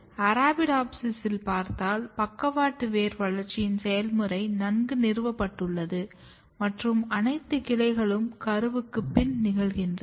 அரபிடோப்சிஸில் பார்த்தால் பக்கவாட்டு வேர் வளர்ச்சியின் செயல்முறை நன்கு நிறுவப்பட்டுள்ளது மற்றும் அனைத்து கிளைகளும் கருவுக்குப் பின் நிகழ்கின்றன